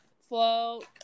float